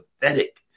pathetic